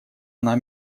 она